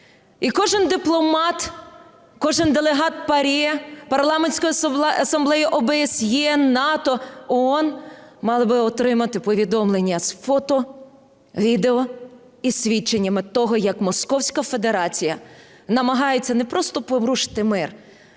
І кожен дипломат, кожен делегат ПАРЄ, Парламентської асамблеї ОБСЄ, НАТО, ООН мали би отримати повідомлення з фото, відео і свідченнями того, як московська федерація намагається не просто порушити мир,